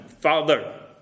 father